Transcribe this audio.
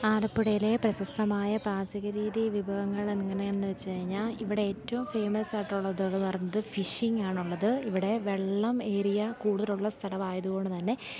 ആലപ്പുഴയിലെ പ്രശസ്തമായ പാചക രീതീ വിഭവങ്ങൾ എങ്ങനെ എന്ന് വച്ചു കഴിഞ്ഞാൽ ഇവിടെ ഏറ്റവും ഫേമസ് ആയിട്ടുള്ളതെന്ന് പറഞ്ഞത് ഫിഷിങ്ങാണ് ഉള്ളത് ഇവിടെ വെള്ളം ഏറിയ കൂടുതലുള്ള സ്ഥലമായതുകൊണ്ട് തന്നെ